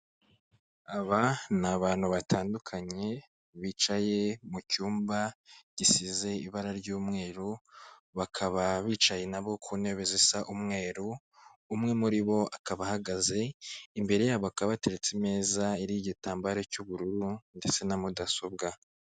Aba ni abantu batandukanye bicaye mu cyumba gisize ibara ry'umweru; bakaba bicaye nabo ku ntebe zisa umweru; umwe muri bo akaba ahagaze, imbere yabo hakaba hateretse imeza iriho igitambaro cy'ubururu ndetse na mudasobwa.